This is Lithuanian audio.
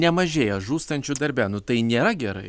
nemažėja žūstančių darbe nu tai nėra gerai